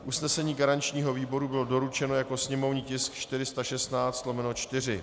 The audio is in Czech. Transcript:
Usnesení garančního výboru bylo doručeno jako sněmovní tisk 416/4.